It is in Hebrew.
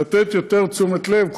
לתת יותר תשומת לב,